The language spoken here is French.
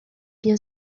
bien